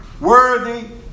worthy